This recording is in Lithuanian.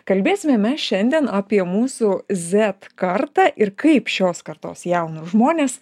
kalbėsime mes šiandien apie mūsų zet kartą ir kaip šios kartos jaunus žmones